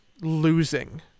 losing